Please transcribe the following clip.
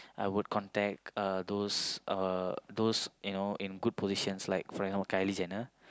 I would contact uh those uh those you know in good positions like for example Kylie-Jenner